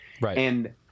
Right